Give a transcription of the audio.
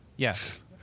Yes